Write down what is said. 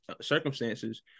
circumstances